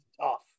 tough